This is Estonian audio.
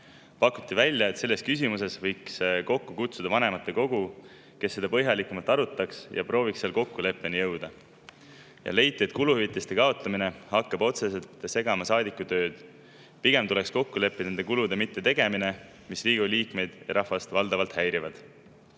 Pakuti välja, et selles küsimuses võiks kokku kutsuda vanematekogu, kes seda põhjalikumalt arutaks ja prooviks kokkuleppeni jõuda. Ja leiti, et kuluhüvitiste kaotamine hakkab otseselt segama saadiku tööd. Pigem tuleks kokku leppida selles, et ei tehtaks kulutusi, mis Riigikogu liikmeid ja rahvast valdavalt häirivad.